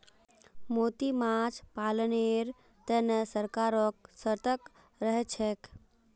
मोती माछ पालनेर तने सरकारो सतर्क रहछेक